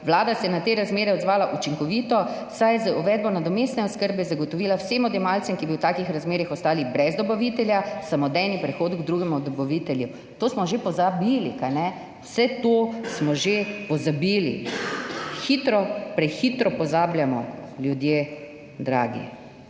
Vlada se je na te razmere odzvala učinkovito, saj je z uvedbo nadomestne oskrbe zagotovila vsem odjemalcem, ki bi v takih razmerah ostali brez dobavitelja, samodejni prehod k drugemu dobavitelju. To smo že pozabili, kajne? Vse to smo že pozabili. Hitro, prehitro pozabljamo, ljudje dragi.